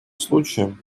случаем